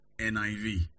NIV